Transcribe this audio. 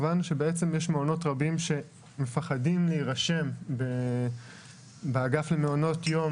יש בעצם מעונות רבים שמפחדים להירשם באגף למעונות יום,